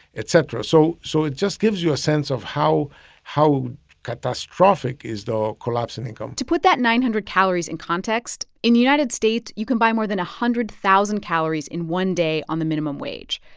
et cetera. so so it just gives you a sense of how how catastrophic is the collapse in income to put that nine hundred calories in context, in the united states, you can buy more than a hundred thousand calories in one day on the minimum wage.